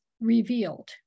revealed